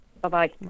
bye-bye